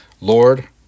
Lord